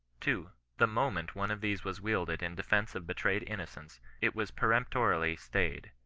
two. the moment one of these was wielded in defence of betrayed innocence, it was peremp torily stayed,